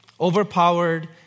Overpowered